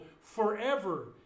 forever